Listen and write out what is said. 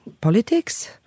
politics